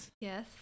Yes